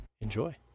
enjoy